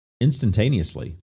instantaneously